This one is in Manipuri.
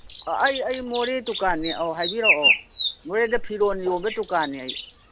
ꯑꯩ ꯑꯩ ꯃꯣꯔꯦ ꯗꯨꯀꯥꯟꯅꯦ ꯑꯧ ꯍꯥꯏꯕꯤꯔꯛꯑꯣ ꯃꯣꯔꯦꯗ ꯐꯤꯔꯣꯜ ꯌꯣꯟꯕ ꯗꯨꯀꯥꯟꯅꯦ ꯑꯩ